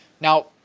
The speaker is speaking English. Now